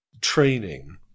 training